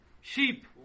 Sheep